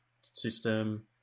system